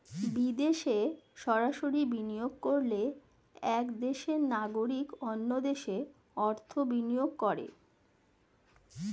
বিদেশে সরাসরি বিনিয়োগ করলে এক দেশের নাগরিক অন্য দেশে অর্থ বিনিয়োগ করে